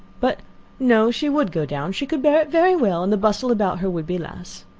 but no, she would go down she could bear it very well, and the bustle about her would be less.